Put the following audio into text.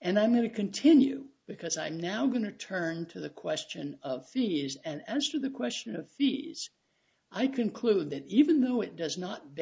and i'm going to continue because i'm now going to turn to the question of is an answer to the question of fees i conclude that even though it does not